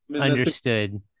understood